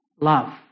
love